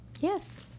Yes